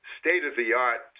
state-of-the-art